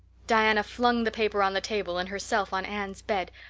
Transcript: diana flung the paper on the table and herself on anne's bed,